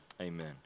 amen